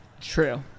True